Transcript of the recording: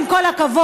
עם כל הכבוד,